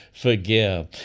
forgive